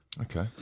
Okay